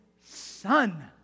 son